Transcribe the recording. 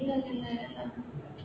ya lah ya lah ya lah